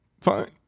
fine